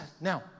Now